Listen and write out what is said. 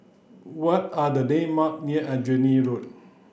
what are the near Aljunied Road